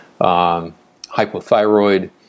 hypothyroid